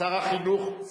שר החינוך,